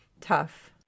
tough